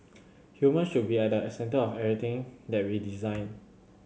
humans should be at a centre of everything that we design